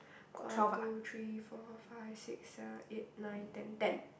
one two three four five six seven eight nine ten ten